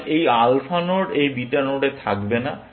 তাই এই alpha node এই বিটা নোডে থাকবে না